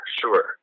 Sure